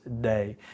Day